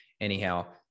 Anyhow